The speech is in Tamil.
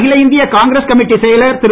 அகில இந்திய காங்கிரஸ் கமிட்டி செயலர் திரு